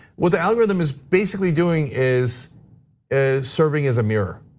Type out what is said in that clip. what the algorithm is basically doing is is serving as a mirror.